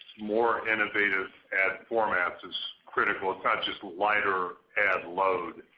more innovative ad formats is critical, it's not just lighter ad load,